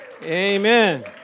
Amen